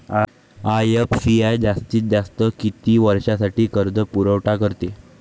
IFCI जास्तीत जास्त किती वर्षासाठी कर्जपुरवठा करते?